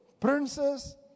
princes